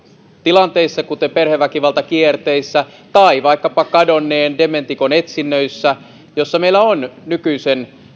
tilanteissa kuin perheväkivaltakierteissä tai vaikkapa kadonneen dementikon etsinnöissä joissa meillä on nykyisen